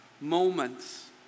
moments